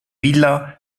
villa